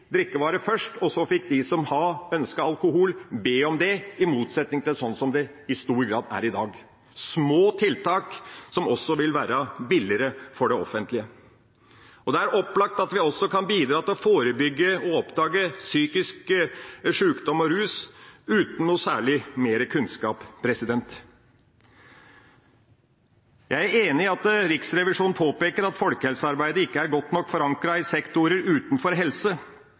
drikkevarer først, og så fikk de som ønsker alkohol, be om det, i motsetning til sånn det i stor grad er i dag. Dette er små tiltak, som også vil være billigere for det offentlige. Det er opplagt at vi også kan bidra til å forebygge og oppdage psykisk sjukdom og rus uten noe særlig mer kunnskap. Jeg er enig i Riksrevisjonens påpekning av at folkehelsearbeidet ikke er godt nok forankret i sektorer utenfor helse,